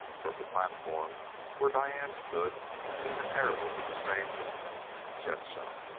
from the platform where diane stood came an arrow at the same instant chet shot.